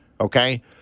Okay